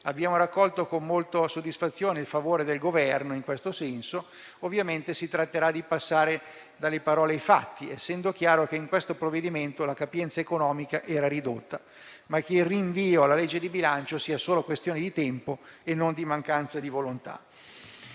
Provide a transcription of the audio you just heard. Abbiamo raccolto con molta soddisfazione il favore del Governo; ovviamente si tratterà di passare dalle parole ai fatti, essendo chiaro che nel provvedimento in discussione la capienza economica era ridotta. Auspico tuttavia che il rinvio alla legge di bilancio sia solo questione di tempo e non di mancanza di volontà.